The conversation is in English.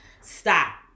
stop